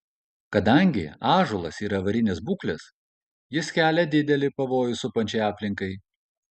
kadangi ąžuolas yra avarinės būklės jis kelia didelį pavojų supančiai aplinkai